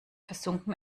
versunken